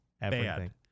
bad